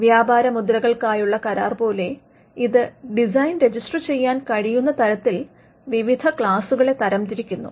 വ്യാപാരമുദ്രകൾക്കായുള്ള കരാർ പോലെ ഇത് ഡിസൈൻ രജിസ്റ്റർ ചെയ്യാൻ കഴിയുന്ന തരത്തിൽ വിവിധ ക്ലാസുകളെ തരംതിരിക്കുന്നു